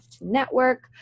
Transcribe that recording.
Network